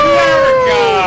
America